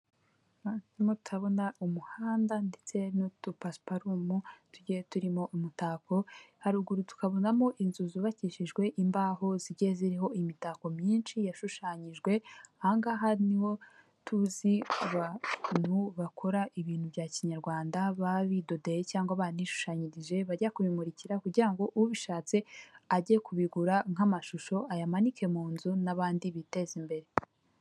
Nimutabona umuhanda ndetse n’udupasiparume tugiye turimo umutako haruguru, tukabonamo inzu zubakishijwe imbaho zijye ziriho imitako myinshi yashushanyijwe ahangaha. Niho tuzi bantu bakora ibintu bya Kinyarwanda, ba bidodeye cyangwa banishushanyirije, bajya kubimurikira kugira ngo ubishatse ajye kubigura nk’amashusho ayamanike mu nzu n’abandi biteza imbere.